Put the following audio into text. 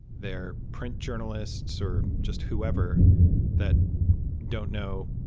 they're print journalists, or just whoever that don't know